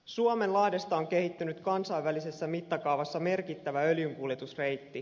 suomenlahdesta on kehittynyt kansainvälisessä mittakaavassa merkittävä öljynkuljetusreitti